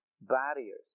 barriers